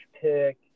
pick